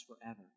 forever